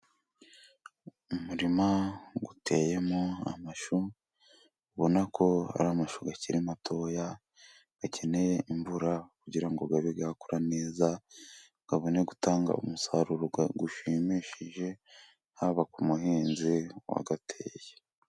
Umurima uteyemo amashu, ubona ko hari amashuri akiri matoya akeneye imvura kugira ngo abe yakura neza, abone gutanga umusaruro gushimishije, haba ku muhinzi wayateye.